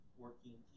working